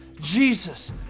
Jesus